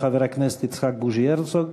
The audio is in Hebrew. חבר הכנסת יצחק בוז'י הרצוג,